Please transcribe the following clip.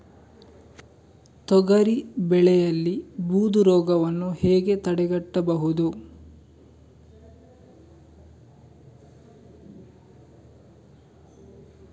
ತೊಗರಿ ಬೆಳೆಯಲ್ಲಿ ಬೂದು ರೋಗವನ್ನು ಹೇಗೆ ತಡೆಗಟ್ಟಬಹುದು?